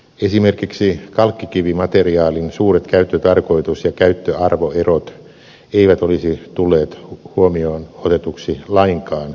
esimerkiksi kalkkikivimateriaalin suuret käyttötarkoitus ja käyttöarvoerot eivät olisi tulleet huomioon otetuksi lainkaan korvaustasossa